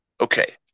Okay